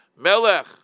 Melech